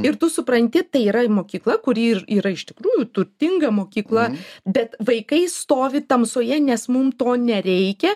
ir tu supranti tai yra mokykla kuri ir yra iš tikrųjų turtinga mokykla bet vaikai stovi tamsoje nes mum to nereikia